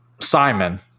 simon